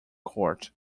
court